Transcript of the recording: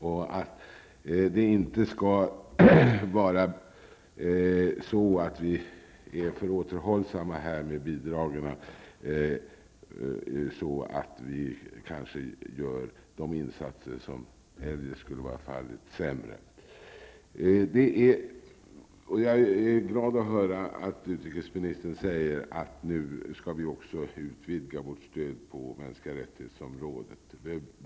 Vi skall inte vara för återhållsamma med bidragen, så att de insatser som eljest skulle ha gjorts nu blir sämre. Jag är glad att höra utrikesministern säga att vi också skall utvidga vårt stöd på området mänskliga rättigheter.